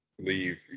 leave